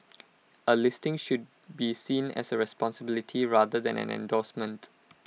A listing should be seen as A responsibility rather than an endorsement